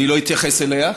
אני לא אתייחס אליה,